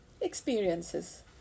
experiences